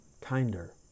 kinder